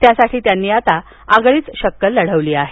त्यासाठी त्यांनी आता आगळीच शक्कल लढवली आहे